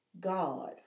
God